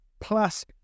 plus